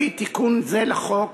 על-פי תיקון זה לחוק,